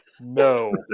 No